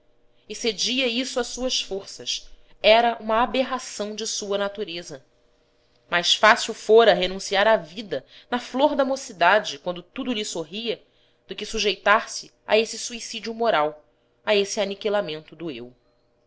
elegante excedia isso a suas forças era uma aberração de sua natureza mais fácil fora renunciar à vida na flor da mocidade quando tudo lhe sorria do que sujeitar-se a esse suicídio moral a esse aniquilamento do eu